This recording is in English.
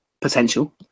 potential